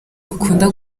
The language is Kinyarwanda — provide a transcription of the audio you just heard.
bakunda